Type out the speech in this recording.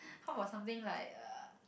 how about something like uh